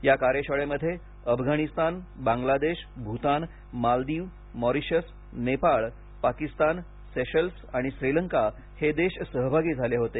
या कार्यशाळेमध्ये Afghanistan Bangladesh Bhutan Maldives Mauritius Nepal Pakistan Seychelles आणि श्रीलंका हे देश सहभागी झाले होते